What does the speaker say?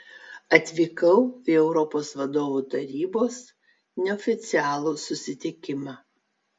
atvykau į europos vadovų tarybos neoficialų susitikimą